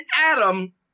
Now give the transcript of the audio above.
Adam